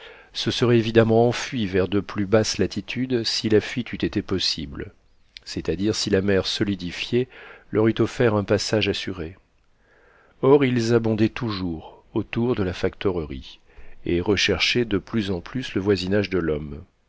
se seraient évidemment enfuis vers de plus basses latitudes si la fuite eût été possible c'est-à-dire si la mer solidifiée leur eût offert un passage assuré or ils abondaient toujours autour de la factorerie et recherchaient de plus en plus le voisinage de l'homme